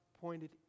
pointed